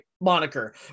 moniker